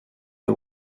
the